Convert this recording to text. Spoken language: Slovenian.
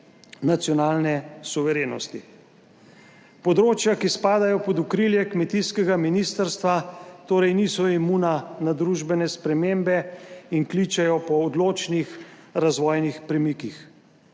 nacionalne suverenosti. Področja, ki spadajo pod okrilje kmetijskega ministrstva, torej niso imuna na družbene spremembe in kličejo po odločnih razvojnih premikih.